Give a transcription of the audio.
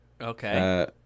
Okay